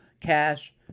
cash